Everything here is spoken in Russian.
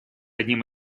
одним